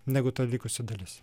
negu ta likusi dalis